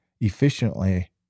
efficiently